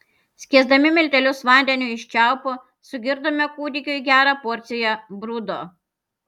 skiesdami miltelius vandeniu iš čiaupo sugirdome kūdikiui gerą porciją brudo